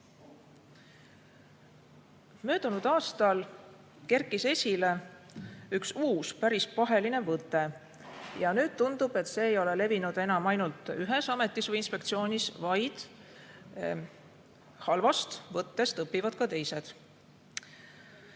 Möödunud aastal kerkis esile üks uus päris paheline võte. Ja nüüd tundub, et see ei ole levinud enam ainult ühes ametis või inspektsioonis, vaid halvast võttest õpivad ka teised.